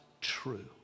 true